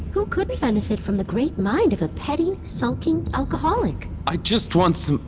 who couldn't benefit from the great mind of a petty, sulking alcoholic? i just want some.